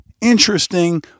interesting